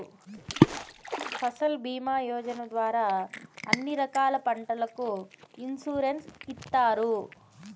ఫసల్ భీమా యోజన ద్వారా అన్ని రకాల పంటలకు ఇన్సురెన్సు ఇత్తారు